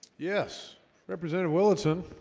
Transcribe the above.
yes represented, willetton